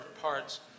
parts